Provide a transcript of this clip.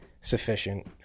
sufficient